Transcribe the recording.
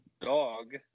Dog